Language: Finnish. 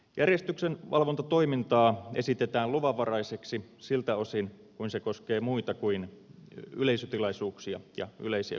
järjestyksenvalvontatoimintaa esitetään luvanvaraiseksi siltä osin kuin se koskee muita kuin yleisötilaisuuksia ja yleisiä kokouksia